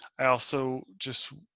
i also just